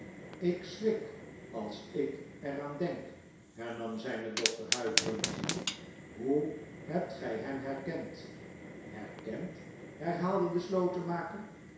ik schrik ais ik er aan denk hernam zrjne dochter huiverend hoe hebt gij hem herkend herkend herhaalde de